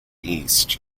east